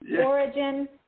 origin